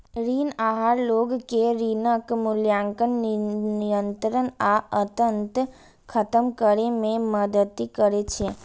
ऋण आहार लोग कें ऋणक मूल्यांकन, नियंत्रण आ अंततः खत्म करै मे मदति करै छै